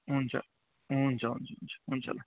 हुन्छ हुन्छ हुन्छ हुन्छ ल